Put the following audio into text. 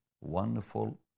wonderful